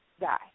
die